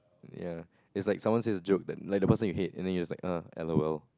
ya it's like someone says a joke that like the person you hate and then you're just like uh L_O_L